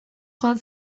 joan